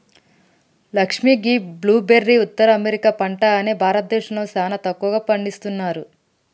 లక్ష్మీ గీ బ్లూ బెర్రీలు ఉత్తర అమెరికా పంట అని భారతదేశంలో సానా తక్కువగా పండిస్తున్నారు